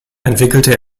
entwickelte